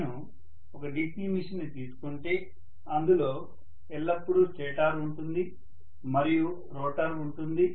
నేను ఒక DC machine ని తీసుకుంటే అందులో ఎల్లప్పుడూ స్టేటార్ ఉంటుంది మరియు రోటర్ ఉంటుంది